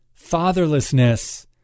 fatherlessness